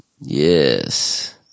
Yes